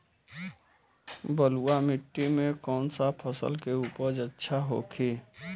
बलुआ मिट्टी में कौन सा फसल के उपज अच्छा होखी?